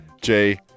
Jay